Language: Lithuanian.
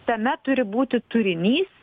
tame turi būti turinys